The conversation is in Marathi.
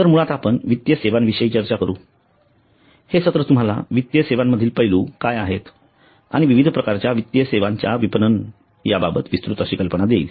तर मुळात आपण वित्तीय सेवांविषयी चर्चा करू हे सत्र तुम्हाला वित्तीय सेवांमधील पैलू काय आहेत आणि विविध प्रकारच्या वित्तीय सेवांच्या विपणन याबाबत विस्तृत कल्पना देईल